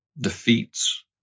defeats